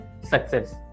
success